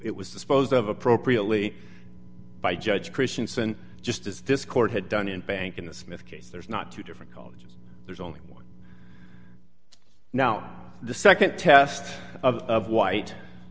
it was disposed of appropriately by judge christiansen just as this court had done in banking the smith case there's not two different colleges there's only one now the nd test of